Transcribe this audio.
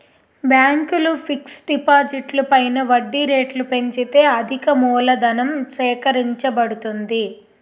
బ్యాంకులు ఫిక్స్ డిపాజిట్లు పైన వడ్డీ రేట్లు పెంచితే అధికమూలధనం సేకరించబడుతుంది